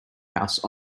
house